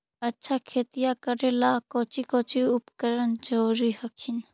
अच्छा खेतिया करे ला कौची कौची उपकरण जरूरी हखिन?